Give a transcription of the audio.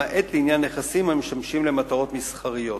למעט לעניין נכסים המשמשים למטרות מסחריות.